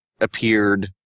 appeared